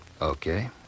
Okay